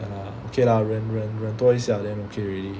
okay lah 忍忍忍多一下 then okay already